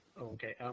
Okay